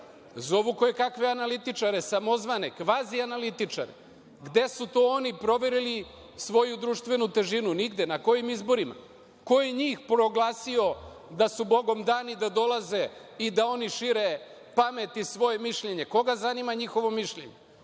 Zovu koje kakve analitičare, samozvane, kvazi analitičare. Gde su to oni proverili svoju društvenu težinu? Nigde. Na kojim izborima? Ko je njih proglasio da su bogom dani da dolaze i da oni šire pamet i svoje mišljenje? Koga zanima njihovo mišljenje?